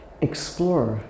explorer